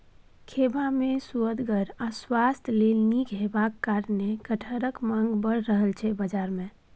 खेबा मे सुअदगर आ स्वास्थ्य लेल नीक हेबाक कारणेँ कटहरक माँग बड़ रहय छै बजार मे